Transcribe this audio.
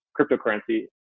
cryptocurrency